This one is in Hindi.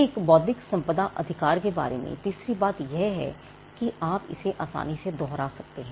एक बौद्धिक संपदा अधिकार के बारे में तीसरी बात यह है कि आप इसे आसानी से दोहरा सकते हैं